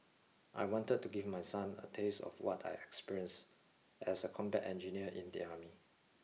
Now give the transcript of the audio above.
I wanted to give my son a taste of what I experienced as a combat engineer in the army